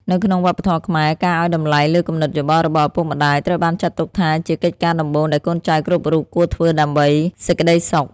នៅក្នុងវប្បធម៌ខ្មែរ ការឱ្យតម្លៃលើគំនិតយោបល់របស់ឪពុកម្ដាយ ត្រូវបានចាត់ទុកថាជាកិច្ចការដំបូងដែលកូនចៅគ្រប់រូបគួរធ្វើដើម្បីសេចក្ដីសុខ។